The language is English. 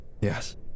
Yes